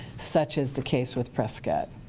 such is the case with prescott.